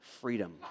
freedom